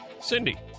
Cindy